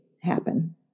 happen